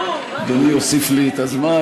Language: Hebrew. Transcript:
אדוני יוסיף לי את הזמן,